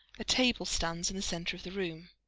a table stands in the centre of the room.